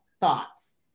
thoughts